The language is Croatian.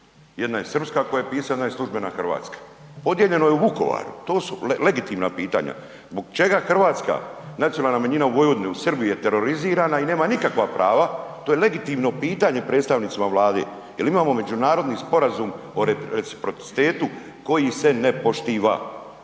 Jedna je srpska koja je pisana i službena, hrvatska. Podijeljeno je u Vukovaru, to su legitimna pitanja. Zbog čega hrvatska nacionalna manjina u Srbiji je terorizirana i nema nikakva prava? To je legitimno pitanje predstavnicima Vlade jer imamo međunarodni sporazum o reciprocitetu koji se ne poštiva i to